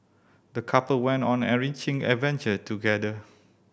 the couple went on an enriching adventure together